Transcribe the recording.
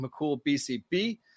McCoolBCB